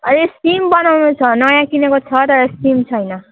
अहिले सिम बनाउनु छ नयाँ किनेको छ तर सिम छैन